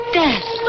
death